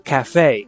Cafe